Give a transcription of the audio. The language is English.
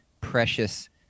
precious